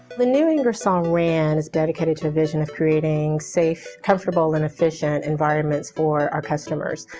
the new ingersoll rand is dedicated to a vision of creating safe, comfortable and efficient environments for our customers.